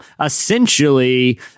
essentially